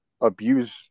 abuse